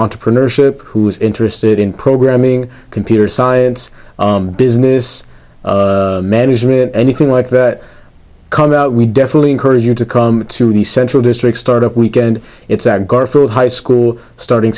entrepreneurship who is interested in programming computer science business management anything like that come out we definitely encourage you to come to the central district start up weekend it's at garfield high school starting